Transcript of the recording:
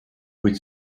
kuid